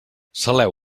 saleu